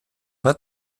pas